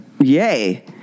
yay